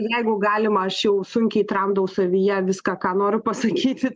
jeigu galima aš jau sunkiai tramdau savyje viską ką noriu pasakyti